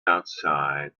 outside